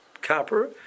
copper